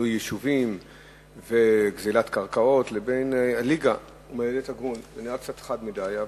מפינוי יישובים וגזלת קרקעות ל"ליגה"; הוא נראה קצת חד מדי.